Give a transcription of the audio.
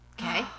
okay